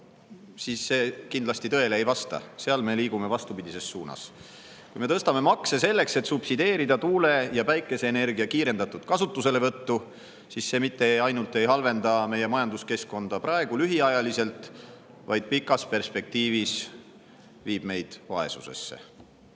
siis see kindlasti tõele ei vasta – seal me liigume vastupidises suunas. Kui me tõstame makse selleks, et subsideerida tuule- ja päikeseenergia kiirendatud kasutuselevõttu, siis see mitte ainult ei halvenda meie majanduskeskkonda praegu lühiajaliselt, vaid pikas perspektiivis viib meid vaesusesse.